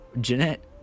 Jeanette